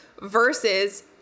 versus